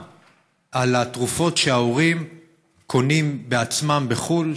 על התרופות שההורים קונים בעצמם בחו"ל,